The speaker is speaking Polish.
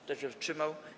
Kto się wstrzymał?